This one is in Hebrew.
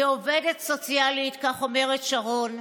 כעובדת סוציאלית, כך אומרת שרון,